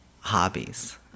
hobbies